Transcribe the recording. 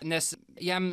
nes jam